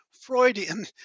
freudian